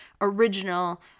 original